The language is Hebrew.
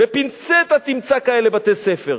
בפינצטה תמצא כאלה בתי-ספר.